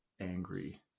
angry